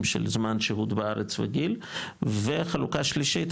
של זמן שהות בארץ וגיל וחלוקה שלישית,